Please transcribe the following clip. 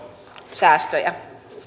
säästöjä